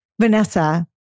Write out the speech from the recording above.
Vanessa